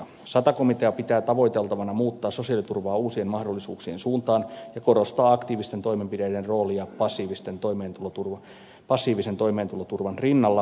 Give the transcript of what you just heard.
sata komitea pitää tavoiteltavana muuttaa sosiaaliturvaa uusien mahdollisuuksien suuntaan ja korostaa aktiivisten toimenpiteiden roolia passiivisen toimeentuloturvan rinnalla ja sijasta